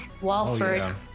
walford